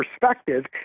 perspective